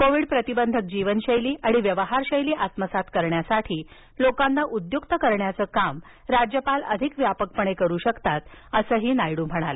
Covid प्रतिबंधक जीवनशैली आणि व्यवहारशैली आत्मसात करण्यासाठी लोकांना उद्युक्त करण्याचं काम राज्यपाल अधिक व्यापकपणे करू शकतात असंही नायडू म्हणाले